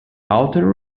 outer